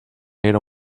era